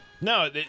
No